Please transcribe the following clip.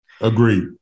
Agreed